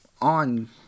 on